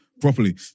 properly